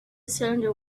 cylinder